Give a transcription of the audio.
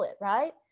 right